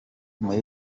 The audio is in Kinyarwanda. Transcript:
muri